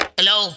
Hello